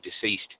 deceased